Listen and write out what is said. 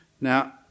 Now